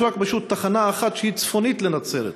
יש פשוט רק תחנה אחת שהיא צפונית לנצרת.